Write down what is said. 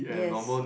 yes